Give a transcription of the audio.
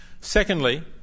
Secondly